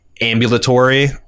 ambulatory